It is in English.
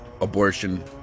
abortion